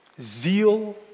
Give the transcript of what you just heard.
zeal